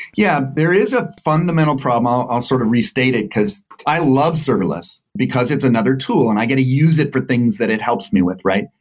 yeah, there is a fundamental problem. i'll i'll sort of restate it, because i love serverless, because it's another tool and i get to use it for things that it helps me with, right?